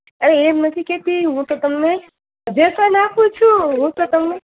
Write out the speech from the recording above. અરે એમ નથી કહેતી હું તો તમને સજેશન આપું છું હું તો તમને